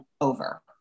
over